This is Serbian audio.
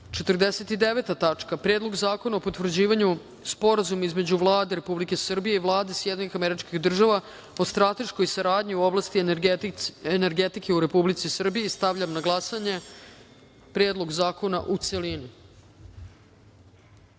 reda - Predlog zakona o potvrđivanju Sporazuma između Vlade Republike Srbije i Vlade Sjedinjenih Američkih Država o strateškoj saradnji u oblasti energetike u Republici Srbiji. Stavljam na glasanje Predlog zakona u